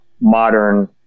modern